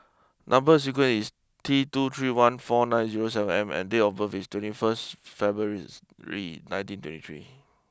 number sequence is T two three one four nine zero seven M and date of birth is twenty first February's Ray nineteen twenty three